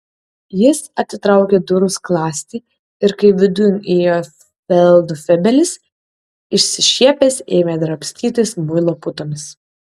jis atitraukė durų skląstį ir kai vidun įėjo feldfebelis išsišiepęs ėmė drabstytis muilo putomis